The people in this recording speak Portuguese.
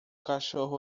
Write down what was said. cachorro